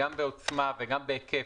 גם בעוצמה וגם בהיקף,